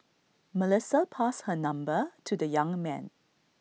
Melissa passed her number to the young man